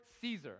caesar